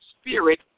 spirit